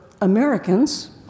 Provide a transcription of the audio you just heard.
Americans